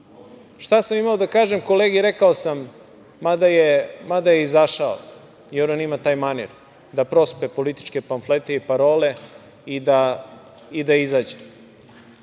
sam imao da kažem kolegi, rekao sam, mada je izašao, jer on ima taj manir da prospe političke pamflete i parole i da izađe. Mural